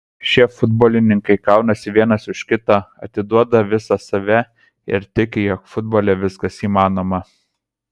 šie futbolininkai kaunasi vienas už kitą atiduoda visą save ir tiki jog futbole viskas įmanoma